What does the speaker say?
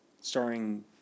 starring